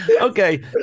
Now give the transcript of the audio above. Okay